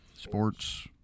Sports